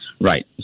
Right